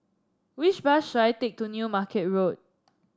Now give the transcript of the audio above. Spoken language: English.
which bus should I take to New Market Road